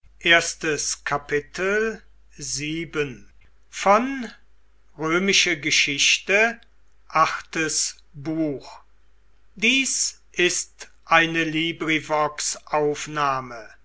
sind ist eine